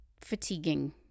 fatiguing